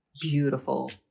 beautiful